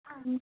आं